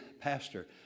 pastor